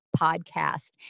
podcast